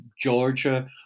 Georgia